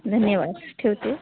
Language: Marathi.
धन्यवाद ठेवते